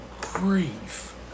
grief